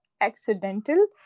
accidental